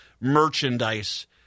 merchandise